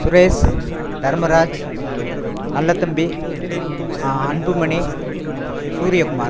Suresh Dharmaraj Nallathambi Anbumani Suryakumar